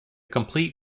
complete